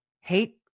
hate